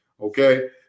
Okay